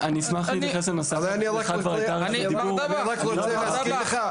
אני רק רוצה להזכיר לך.